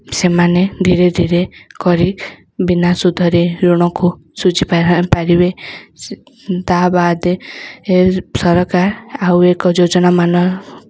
ସେମାନେ ଧୀରେ ଧୀରେ କରି ବିନା ସୁଧରେ ଋଣକୁ ସୁଝିପାରିବେ ତା' ବାଦ୍ ସରକାର ଆଉ ଏକ ଯୋଜନାମାନ